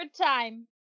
time